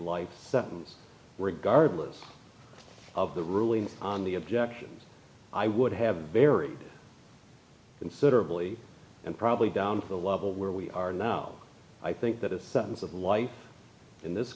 regardless of the ruling on the objection i would have very considerably and probably down to the level where we are now i think that if sentence of life in this